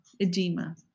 edema